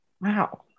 Wow